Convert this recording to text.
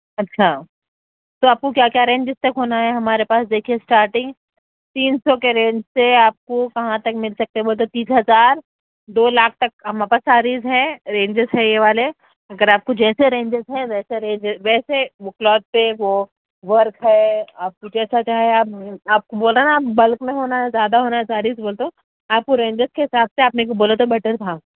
اچھا تو آپ کو کیا کیا رینج ڈسکس ہونا ہے ہمارے پاس دیکھیے اسٹارٹنگ تین سو کے رینج سے آپ کو کہاں تک مل سکتے وہ تو تیس ہزار دو لاکھ تک ہمارے پاس ساریز ہیں رینجیس ہیں یہ والے اگر آپ کو جیسے رینجز ہیں ویسے رینجز ویسے بک لاگ وہ ورک ہے آپ کو جیسا چاہیں آپ آپ کو بولا نا بلک میں ہونا ہے زیادہ ہونا ہے ساریز بولے تو آپ کو رینجز کے حساب سے آپ میرے کو بولو تو بیٹر تھا